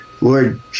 Lord